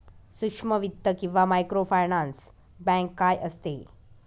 सूक्ष्म वित्त किंवा मायक्रोफायनान्स बँक काय असते?